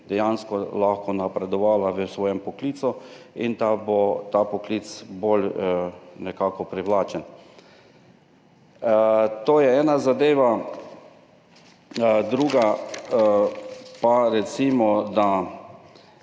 dejansko lahko napredovala v svojem poklicu in da bo ta poklic nekako bolj privlačen. To je ena zadeva. Druga pa, recimo, da